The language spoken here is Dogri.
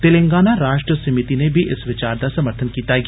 तेलंगाना राष्ट्र समीति नै बी इस विचार दा समर्थन कीता ऐ